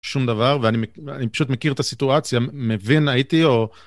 שום דבר ואני מכי.. ואני פשוט מכיר את הסיטואציה, מבין הייתי או.